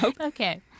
Okay